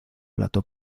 plato